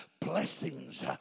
blessings